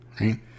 right